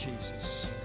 Jesus